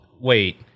wait